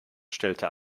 stellte